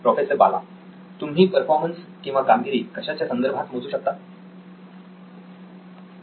professor Bala तुम्ही performance किंवा कामगिरी कशाच्या संदर्भात मोजू इच्छिता